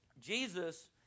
Jesus